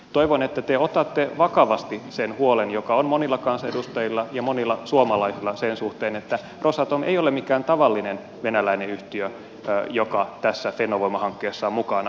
toivon että te otatte vakavasti sen huolen joka on monilla kansanedustajilla ja monilla suomalaisilla sen suhteen että rosatom ei ole mikään tavallinen venäläinen yhtiö joka tässä fennovoima hankkeessa on mukana